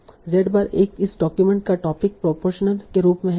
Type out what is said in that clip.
Z बार इस document का टोपिक प्रोपोरशन के रूप में है